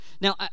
Now